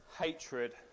hatred